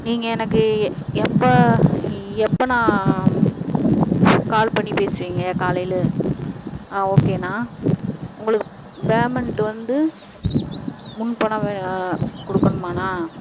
நீங்கள் எனக்கு எ எப்போ எப்போண்ணா கால் பண்ணி பேசுவீங்கள் காலையில் ஆ ஓகேண்ணா உங்களுக்கு பேமெண்ட் வந்து முன்பணம் வே கொடுக்கணுமாண்ணா